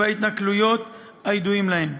וההתנכלויות הידועים להם.